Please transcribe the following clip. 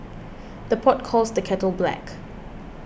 the pot calls the kettle black